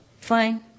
fine